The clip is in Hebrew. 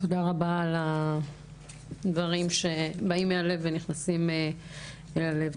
תודה רבה על הדברים שבאים מהלב ונכנסים אל הלב.